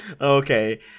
Okay